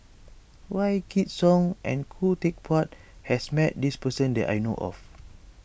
Wykidd Song and Khoo Teck Puat has met this person that I know of